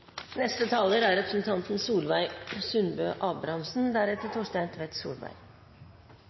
neste og siste replikant representanten Torstein Tvedt Solberg.